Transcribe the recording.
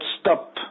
stop